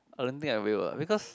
I don't think I will lah because